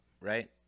right